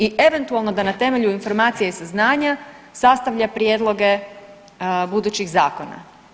I eventualno da na temelju informacije i saznanja sastavlja prijedloge budućih zakona.